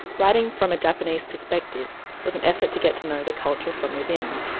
writing from a japanese perspective was an effort to get to know the culture from within.